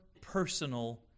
personal